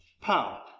pow